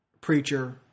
Preacher